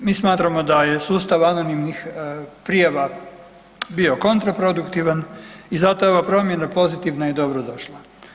Mi smatramo da je sustav anonimnih prijava bio kontraproduktivan i zato je ova promjena pozitivna i dobro došla.